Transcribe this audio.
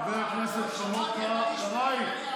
חבר הכנסת שלמה קרעי.